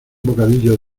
bocadillo